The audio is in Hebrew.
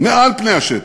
מעל פני השטח,